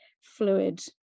fluid